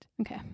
Okay